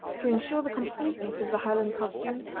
to insure the completeness of the highland costume.